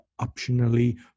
optionally